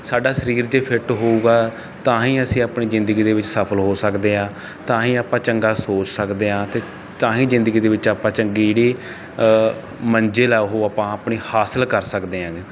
ਸਾਡਾ ਸਰੀਰ ਜੇ ਫਿੱਟ ਹੋਊਗਾ ਤਾਹੀਂ ਅਸੀਂ ਆਪਣੀ ਜ਼ਿੰਦਗੀ ਦੇ ਵਿੱਚ ਸਫਲ ਹੋ ਸਕਦੇ ਹਾਂ ਤਾਹੀਂ ਆਪਾਂ ਚੰਗਾ ਸੋਚ ਸਕਦੇ ਹਾਂ ਅਤੇ ਤਾਹੀਂ ਜ਼ਿੰਦਗੀ ਦੇ ਵਿੱਚ ਆਪਾਂ ਚੰਗੀ ਜਿਹੜੀ ਮੰਜ਼ਿਲ ਹੈ ਉਹ ਆਪਾਂ ਆਪਣੀ ਹਾਸਿਲ ਕਰ ਸਕਦੇ ਹਾਂ ਗੇ